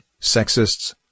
sexists